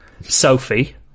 Sophie